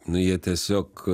nu jie tiesiog